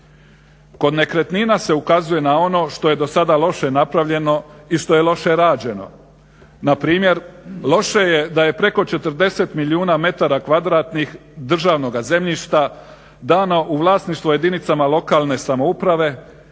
Kod nekretnina se ukazuje na ono što je dosada loše napravljeno i što je loše rađeno. Na primjer loše je da je preko 40 milijuna metara kvadratnih državnoga zemljišta dano u vlasništvo jedinicama lokalne samouprave